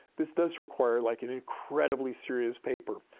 this does require like an incredibly serious paper.